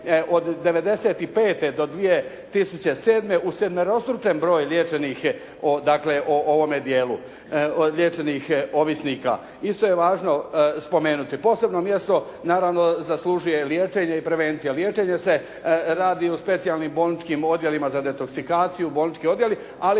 od '95. do 2007. usedmerostručen broj liječenih o, dakle o ovome dijelu liječenih ovisnika. Isto je važno spomenuti, posebno mjesto naravno zaslužuje liječenje i prevencija. Liječenje se radi u specijalnim bolničkim odjelima za detoksikaciju bolnički odjeli, ali